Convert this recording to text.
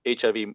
HIV